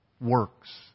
works